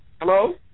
Hello